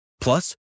Plus